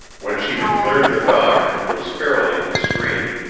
when she had cleared the dock and was fairly in the stream,